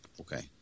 Okay